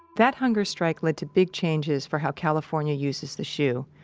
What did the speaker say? that hunger strike led to big changes for how california uses the shu,